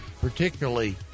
particularly